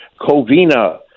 Covina